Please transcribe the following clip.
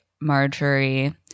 Marjorie